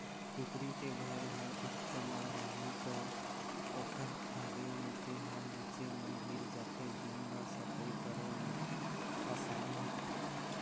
कुकरी के घर ह उच्च म रही त ओखर हागे मूते ह नीचे म गिर जाथे जेन ल सफई करे म असानी होथे